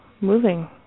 moving